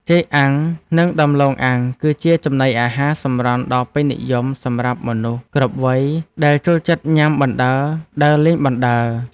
ចេកអាំង និងដំឡូងអាំងគឺជាចំណីអាហារសម្រន់ដ៏ពេញនិយមសម្រាប់មនុស្សគ្រប់វ័យដែលចូលចិត្តញ៉ាំបណ្ដើរដើរលេងបណ្ដើរ។